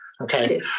okay